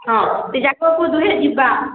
ହଁ ସେ ଜାଗାକୁ ଦୁହେଁ ଯିବା